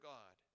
God